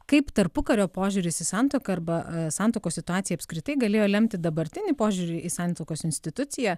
kaip tarpukario požiūris į santuoką arba santuokos situacija apskritai galėjo lemti dabartinį požiūrį į santuokos instituciją